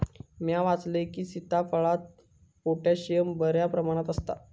म्या वाचलंय की, सीताफळात पोटॅशियम बऱ्या प्रमाणात आसता